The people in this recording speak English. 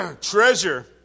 Treasure